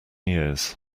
years